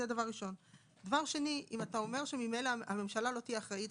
דבר שני, אם התנאי שאתם רוצים להכניס הוא